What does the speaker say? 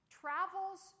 travels